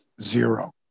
Zero